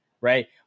right